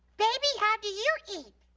baby, how do you eat?